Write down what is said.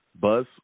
buzz